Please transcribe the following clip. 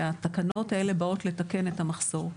והתקנות האלה באות לתקן את המחסור.